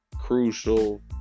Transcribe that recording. crucial